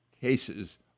cases